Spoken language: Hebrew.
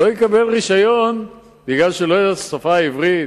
לא יקבל רשיון כי הוא לא יודע את השפה העברית.